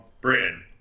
Britain